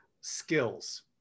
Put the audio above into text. skills